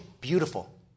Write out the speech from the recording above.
beautiful